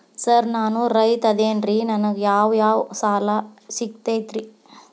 Sir ನಾನು ರೈತ ಅದೆನ್ರಿ ನನಗ ಯಾವ್ ಯಾವ್ ಸಾಲಾ ಸಿಗ್ತೈತ್ರಿ?